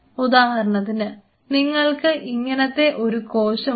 ഉദാഹരണത്തിന് നിങ്ങൾക്ക് ഇങ്ങനെ ഒരു കോശം ഉണ്ട്